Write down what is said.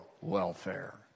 welfare